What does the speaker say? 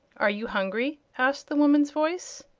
are you hungry? asked the woman's voice.